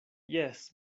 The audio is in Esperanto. jes